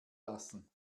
lassen